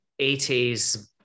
80s